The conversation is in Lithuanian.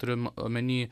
turim omenyje